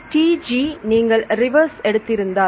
TG நீங்கள் reverse எடுத்து இருந்தால்